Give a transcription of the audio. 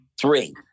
three